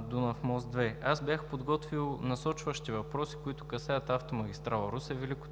Дунав мост – 3. Аз бях подготвил насочващи въпроси, които касаят автомагистрала Русе – Велико Търново